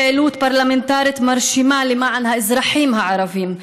פעילות פרלמנטרית מרשימה למען האזרחים הערבים,